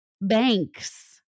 banks